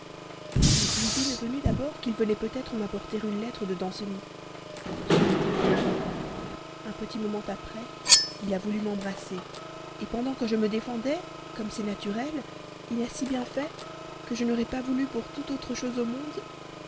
crié puis l'idée m'est venue d'abord qu'il venait peut-être m'apporter une lettre de danceny c'en était bien loin un petit moment après il a voulu m'embrasser pendant que je me défendais comme c'est naturel il a si bien fait que je n'aurais pas voulu pour toute chose au monde